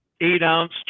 eight-ounce